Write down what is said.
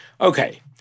Okay